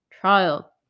trial